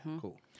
cool